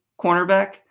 cornerback